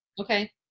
Okay